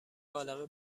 عالمه